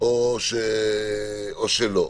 - או שלא.